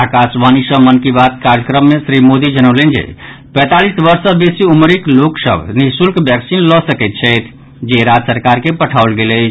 आकाशवाणी सॅ मन की बात कार्यक्रम मे श्री मोदी जनौलनि जे पैंतालीस वर्ष सॅ बेसी उमरिक सभ लोक निःशुल्क बैक्सीन लगा सकैत छथि जे राज्य सरकार के पठाओल गेल अछि